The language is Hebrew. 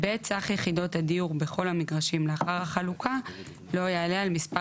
סך יחידות הדיור בכל מגרשים לאחר החלוקה לא יעלה על מספר